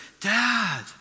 dad